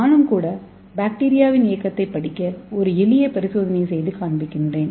நானும் கூட பாக்டீரியாவின் இயக்கத்தைப் படிக்க ஒரு எளிய பரிசோதனையை செய்து காண்பிக்கின்றேன்